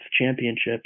championships